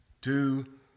two